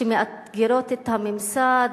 שמאתגרות את הממסד,